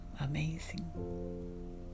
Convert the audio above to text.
Amazing